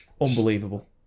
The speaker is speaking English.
Unbelievable